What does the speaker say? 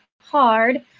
hard